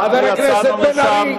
אלפי טילים בשדרות, חבר הכנסת בן-ארי.